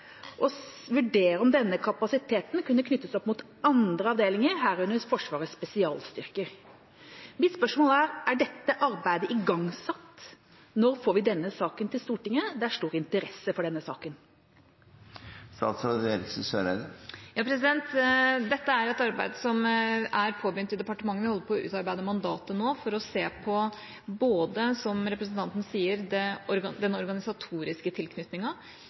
å vurdere om denne kapasiteten kunne knyttes opp mot andre avdelinger, herunder Forsvarets spesialstyrker. Mitt spørsmål er: Er dette arbeidet igangsatt? Når får vi denne saken til Stortinget? Det er stor interesse for denne saken. Dette er et arbeid som er påbegynt i departementet. Vi holder på å utarbeide mandatet nå for både å se på, som representanten sier, den organisatoriske